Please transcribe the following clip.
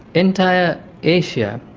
entire asia.